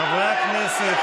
חברי הכנסת.